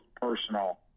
personal